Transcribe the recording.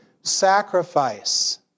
sacrifice